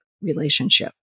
relationship